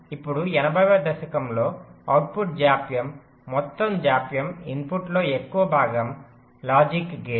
ఇప్పుడు 80 వ దశకంలో అవుట్పుట్ జాప్యం మొత్తం జాప్యం ఇన్పుట్లలో ఎక్కువ భాగం లాజిక్ గేట్